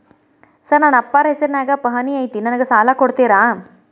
Sir ನನ್ನ ಅಪ್ಪಾರ ಹೆಸರಿನ್ಯಾಗ್ ಪಹಣಿ ಐತಿ ನನಗ ಸಾಲ ಕೊಡ್ತೇರಾ?